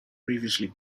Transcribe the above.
previously